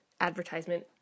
advertisement